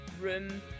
room